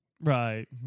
Right